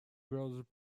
girls